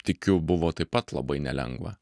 tikiu buvo taip pat labai nelengva